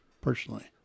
personally